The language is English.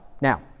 Now